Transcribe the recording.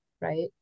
right